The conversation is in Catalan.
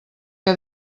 que